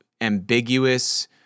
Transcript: ambiguous